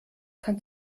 kann